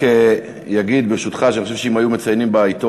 אני רק אגיד שאני חושב שאם היו מציינים בעיתון